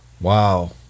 Wow